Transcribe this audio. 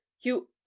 You